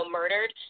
murdered